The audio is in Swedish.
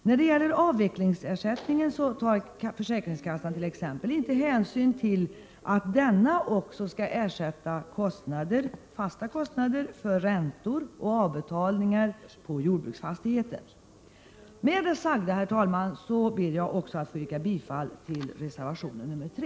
När det gäller avvecklingsersättningen tar kassan t.ex. inte hänsyn till att denna också skall ersätta fasta kostnader för räntor och avbetalningar på jordbruksfastigheten. Med det sagda, herr talman, ber jag att få yrka bifall också till reservation nr 3.